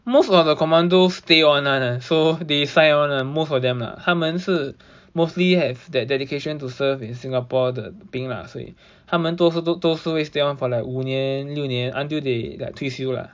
most of the commando stay on [one] ah so they sign on [one] ah like most of them uh 他们是 mostly have that dedication to serve in singapore 的兵啦所以他们多次都都是会 stay on for like 五年六年 until like they 退休啦